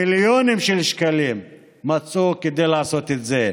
מצאו מיליונים של שקלים כדי לעשות את זה,